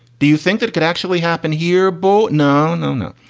do you think that could actually happen here, bo? no, no, no.